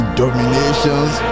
dominations